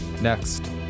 next